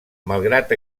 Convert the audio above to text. malgrat